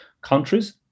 countries